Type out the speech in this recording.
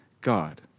God